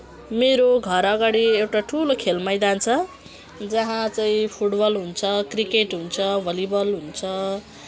मेरो घरअगाडि एउटा ठुलो खेल मैदान छ जहाँ चाहिँ फुटबल हुन्छ क्रिकेट हुन्छ भलिबल हुन्छ